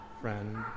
friend